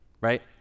right